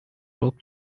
rope